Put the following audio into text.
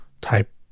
type